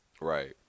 Right